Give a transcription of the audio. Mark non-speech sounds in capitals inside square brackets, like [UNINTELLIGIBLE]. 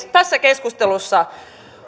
[UNINTELLIGIBLE] tässä keskustelussa